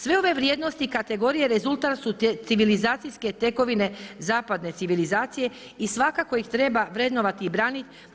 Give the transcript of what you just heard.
Sve ove vrijednosti kategorije rezultat su civilizacijske tekovine zapadne civilizacije i svakako ih treba vrednovati i braniti.